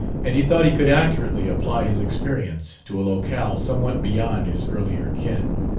and he thought he could accurately apply his experience to a locale somewhat beyond his earlier ken.